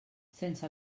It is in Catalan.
sense